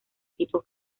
tipo